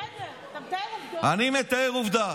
בסדר, אתה מתאר עובדות, אני מתאר עובדה.